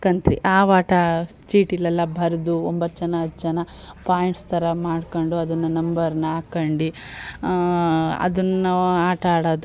ಕಂತ್ರಿ ಆ ಆಟ ಚೀಟಿಲೆಲ್ಲ ಬರೆದು ಒಂಬತ್ತು ಜನ ಹತ್ತು ಜನ ಪಾಯಿಂಟ್ಸ್ ಥರ ಮಾಡ್ಕೊಂಡು ಅದನ್ನು ನಂಬರ್ನ ಹಾಕೊಂಡು ಅದನ್ನು ನಾವು ಆಟಾಡೋದು